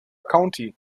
county